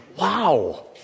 wow